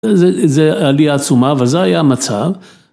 ‫זו עלייה עצומה, אבל זה היה המצב.